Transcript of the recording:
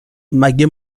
مگه